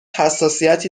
حساسیتی